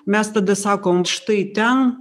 mes tada sakom štai ten